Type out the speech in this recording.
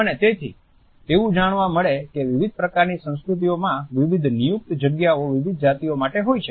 અને તેથી એવું જાણવા મળે કે વિવિધ પ્રકારની સંસ્કૃતિઓમાં વિવિધ નિયુક્ત જગ્યાઓ વિવિધ જાતિઓ માટે હોય છે